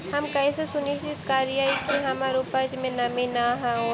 हम कैसे सुनिश्चित करिअई कि हमर उपज में नमी न होय?